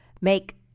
make